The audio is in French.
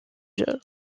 jeu